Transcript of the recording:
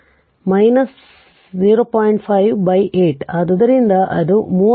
5 by 8 ಆದ್ದರಿಂದ ಅದು 31